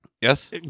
yes